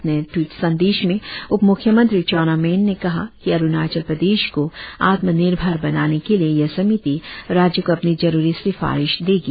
अपने ट्वीट संदेश में उपम्ख्यमंत्री चाउना मैन ने कहा कि अरुणाचल प्रदेश को आत्मनिर्भर बनाने के लिए यह समिति राज्य को अपनी जरुरी सिफारिश देगी